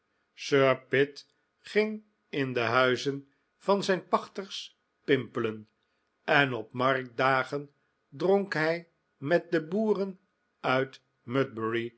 sir pitt ging in de huizen van zijn pachters pimpelen en op marktdagen dronk hij met de boeren uit